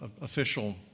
official